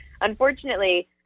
unfortunately